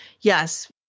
yes